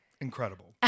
Incredible